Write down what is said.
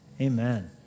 amen